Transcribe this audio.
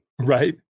Right